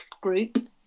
Group